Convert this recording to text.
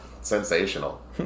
sensational